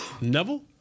Neville